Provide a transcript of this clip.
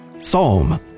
Psalm